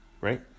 right